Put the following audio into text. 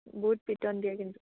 বহুত পিটন দিয়ে কিন্তু